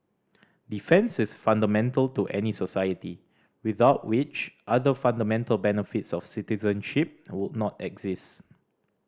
defence is fundamental to any society without which other fundamental benefits of citizenship would not exist